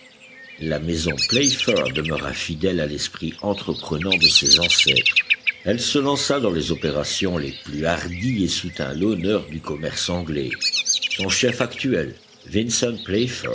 la maison playfair demeura fidèle à l'esprit entreprenant de ses ancêtres elle se lança dans les opérations les plus hardies et soutint l'honneur du commerce anglais son chef actuel vincent